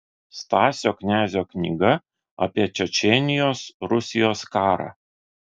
stasio knezio knyga apie čečėnijos rusijos karą